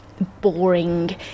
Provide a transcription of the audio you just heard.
boring